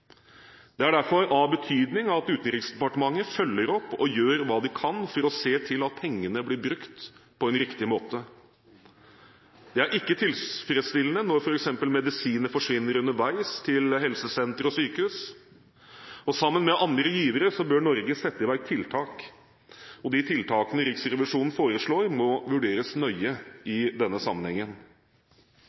Det er derfor av betydning at Utenriksdepartementet følger opp og gjør hva det kan for å se til at pengene blir brukt på en riktig måte. Det er ikke tilfredsstillende når f.eks. medisiner forsvinner underveis til helsesentre og sykehus. Sammen med andre givere bør Norge sette i verk tiltak. De tiltakene Riksrevisjonen foreslår, må vurderes nøye i denne sammenhengen.